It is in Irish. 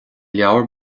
leabhar